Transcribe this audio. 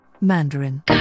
Mandarin